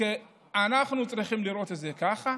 אנחנו צריכים לראות את זה ככה,